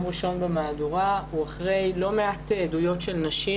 ראשון במהדורה הוא אחרי לא מעט עדויות של נשים.